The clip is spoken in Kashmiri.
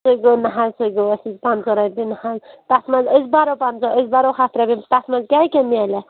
سُے گوٚو نہ حظ سُہ گوٚو اَسہِ پَنٛژاہ رۄپیہِ نہ حظ تَتھ منٛز أسۍ بَرو پنٛژاہ أسۍ بَرو ہَتھ رۄپیہِ تَتھ منٛز کیٛاہ کیٛاہ میلہِ اَسہِ